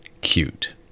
cute